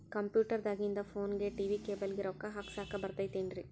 Computer ದಾಗಿಂದ್ ಫೋನ್ಗೆ, TV cable ಗೆ, ರೊಕ್ಕಾ ಹಾಕಸಾಕ್ ಬರತೈತೇನ್ರೇ?